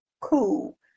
cool